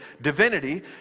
divinity